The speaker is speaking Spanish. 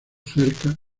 acerca